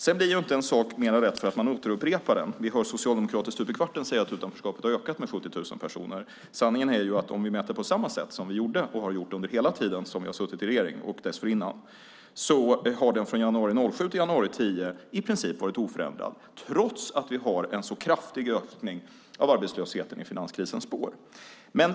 Sedan blir ju inte en sak mer rätt för att man upprepar den. Vi hör stup i kvarten socialdemokrater säga att utanförskapet har ökat med 70 000 personer. Sanningen är att om vi mäter på samma sätt som vi har gjort under hela tiden som vi har suttit i regering och dessförinnan har den siffran från januari 2007 till januari 2010 i princip varit oförändrad trots att vi har en så kraftig ökning av arbetslösheten i finanskrisens spår.